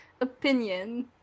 opinion